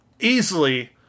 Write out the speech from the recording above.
easily